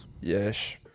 Yes